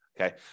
Okay